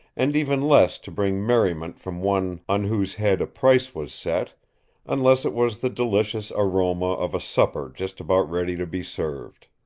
and even less to bring merriment from one on whose head a price was set unless it was the delicious aroma of a supper just about ready to be served.